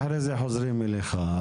ובהמשך עוד נחזור אליך,